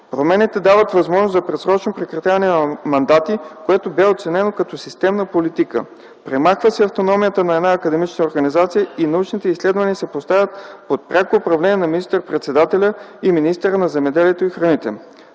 Промените дават възможност за предсрочно прекратяване на мандати, което бе оценено като системна политика. Премахва се автономията на една академична организация и научните изследвания се поставят под прякото управление на министър-председателя и министъра на земеделието и храните.